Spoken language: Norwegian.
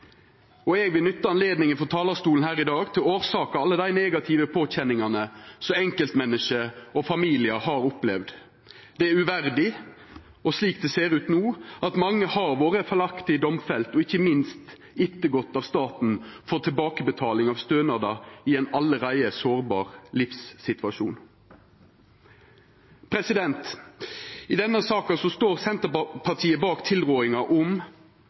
Og eg vil nytta anledninga frå talarstolen her i dag til å orsaka alle dei negative påkjenningane som enkeltmenneske og familiar har opplevd. Det er uverdig, slik det ser ut no, at mange har vore feilaktig domfelte og ikkje minst ettergått av staten for tilbakebetaling av stønader i ein allereie sårbar livssituasjon. I denne saka står Senterpartiet bak tilrådinga om